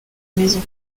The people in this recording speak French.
maison